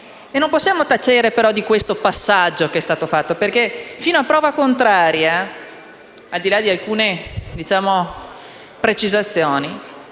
Non possiamo però tacere di questo passaggio che è stato fatto, perché fino a prova contraria, al di là di alcune precisazioni,